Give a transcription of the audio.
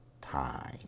time